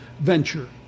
venture